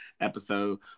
episode